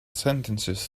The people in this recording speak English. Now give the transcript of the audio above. sentences